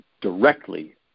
directly